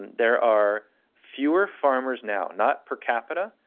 there are fewer farmers now, not per capita,